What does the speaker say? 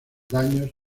daños